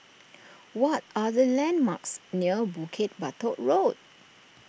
what are the landmarks near Bukit Batok Road